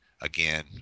Again